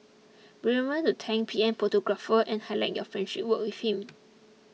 remember to tank PM's photographer and highlight your friendship with him